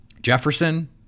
Jefferson